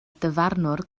dyfarnwr